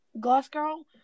Glasgow